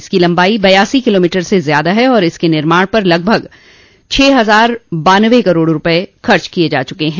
इसकी लम्बाई बयासी किलोमीटर से ज्यादा है तथा इसके निर्माण पर लगभग छह हजार बांनवे करोड़ रूपये खर्च किये जा रहे हैं